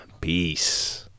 Peace